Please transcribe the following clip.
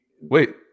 Wait